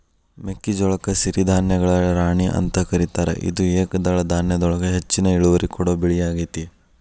ಮೆಕ್ಕಿಜೋಳಕ್ಕ ಸಿರಿಧಾನ್ಯಗಳ ರಾಣಿ ಅಂತ ಕರೇತಾರ, ಇದು ಏಕದಳ ಧಾನ್ಯದೊಳಗ ಹೆಚ್ಚಿನ ಇಳುವರಿ ಕೊಡೋ ಬೆಳಿಯಾಗೇತಿ